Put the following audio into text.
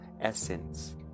essence